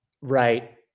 Right